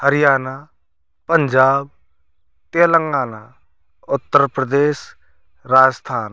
Haryana Punjab Telangana Uttar Pradesh Rajasthan